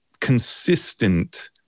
consistent